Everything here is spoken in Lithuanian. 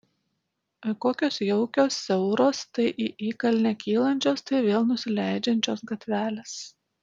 kokios jaukios siauros tai į įkalnę kylančios tai vėl nusileidžiančios gatvelės